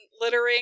littering